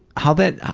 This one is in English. how that,